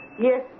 Yes